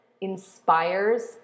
inspires